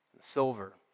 silver